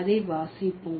அதை வாசிப்போம்